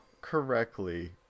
correctly